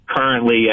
currently